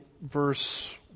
verse